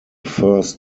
first